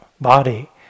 body